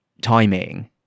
timing